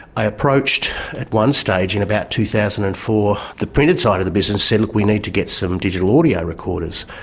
i approached at one stage, in about two thousand and four, the printed side of the business and said, look, we need to get some digital audio recorders,